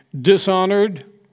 dishonored